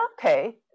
okay